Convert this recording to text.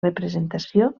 representació